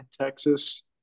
Texas